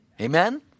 Amen